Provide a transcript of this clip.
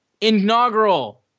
inaugural